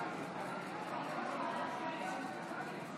תוצאות ההצבעה על